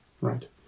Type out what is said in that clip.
right